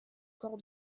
corps